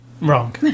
Wrong